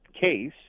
case